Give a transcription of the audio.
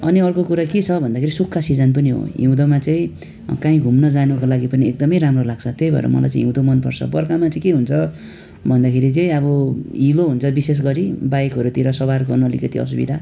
अनि अर्को कुरा के छ भन्दाखेरि सुक्खा सिजन पनि हो हिउँदमा चाहिँ कहीँ घुम्न जानुको लागि पनि एकदमै राम्रो लाग्छ त्यही भएर मलाई चाहिँ हिउँदो मन पर्छ बर्खामा चाहिँ के हुन्छ भन्दाखेरि चाहिँ अब हिलो हुन्छ विशेष गरी बाइकहरूतिर सवार गर्न अतिकति असुविधा